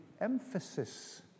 emphasis